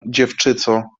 dziewczyco